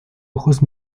ojos